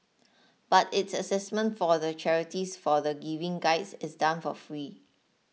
but its assessment for the charities for the Giving Guides is done for free